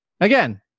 Again